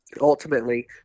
ultimately